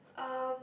um